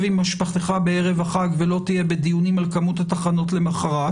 עם משפחתך בערב החג ולא תהיה בדיונים על כמות התחנות למוחרת